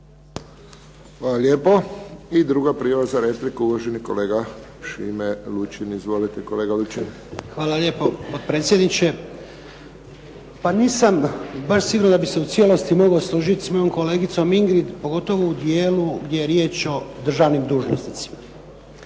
Hvala lijepo. I druga prijava za repliku uvaženi kolega Šime Lučin. Izvolite kolega Lučin. **Lučin, Šime (SDP)** Hvala lijepo potpredsjedniče. Pa nisam baš siguran da bih se u cijelosti mogao složiti s mojom kolegicom Ingrid pogotovo u dijelu gdje je riječ o državnim dužnosnicima.